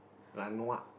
laonua